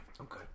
Okay